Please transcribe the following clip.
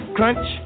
Crunch